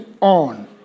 on